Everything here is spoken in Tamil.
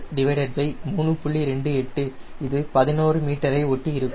28 இது 11 மீட்டரை ஒட்டியிருக்கும்